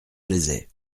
plaisaient